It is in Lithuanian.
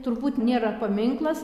turbūt nėra paminklas